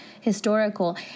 historical